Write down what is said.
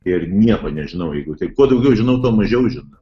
ir nieko nežinau jeigu taip kuo daugiau žinau tuo mažiau žinau